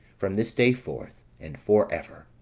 from this day forth, and for ever